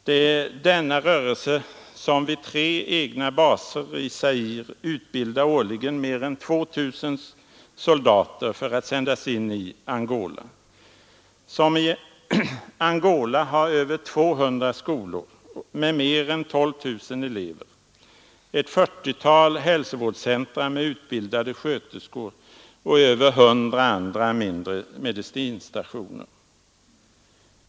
Det är denna rörelse som vid tre egna baser i Zaire årligen utbildar mer än 2 000 soldater för att sändas in i Angola, som i Angola har över 200 skolor med mer än 12 000 elever, ett 40-tal hälsovårdscentra med utbildade sköterskor och över 100 andra mindre medicinstationer.